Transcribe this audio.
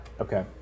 Okay